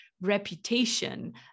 reputation